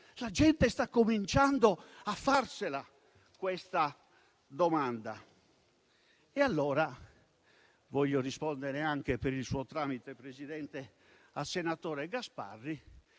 La gente sta cominciando a farsi questa domanda. Voglio rispondere - per il suo tramite, Presidente - al senatore Gasparri.